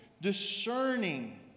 discerning